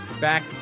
back